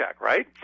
right